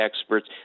experts